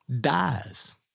dies